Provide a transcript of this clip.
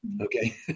okay